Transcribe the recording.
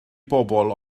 bobl